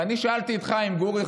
ואני שאלתי את חיים גורי,